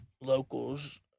locals